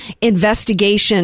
investigation